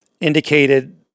indicated